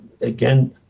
again